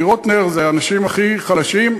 דירות נ"ר זה האנשים הכי חלשים,